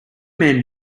men